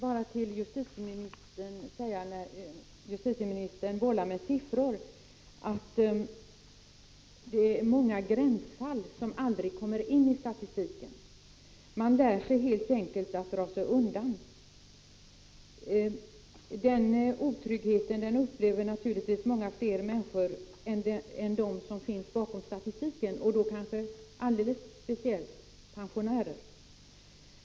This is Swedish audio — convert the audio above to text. Fru talman! Jag vill bara till justitieministern säga, när han bollar med siffror, att det finns många gränsfall som aldrig kommer in i statistiken. Människor lär sig helt enkelt att dra sig undan. Den otryggheten upplever naturligtvis många fler människor än de som finns bakom statistiken och då kanske alldeles speciellt pensionärer.